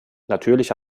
natürlich